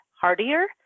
hardier